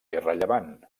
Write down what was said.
irrellevant